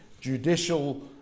judicial